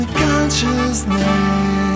consciousness